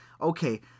Okay